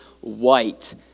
white